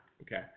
Okay